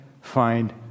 find